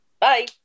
Bye